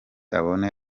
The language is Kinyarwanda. abone